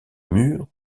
mur